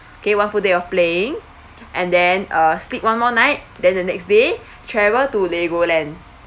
okay one full day of playing and then uh sleep one more night then the next day travel to legoland